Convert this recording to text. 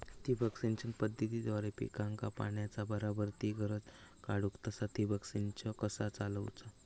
ठिबक सिंचन पद्धतीद्वारे पिकाक पाण्याचा बराबर ती गरज काडूक तसा ठिबक संच कसा चालवुचा?